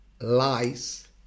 lies